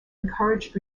encouraged